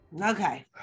okay